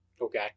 Okay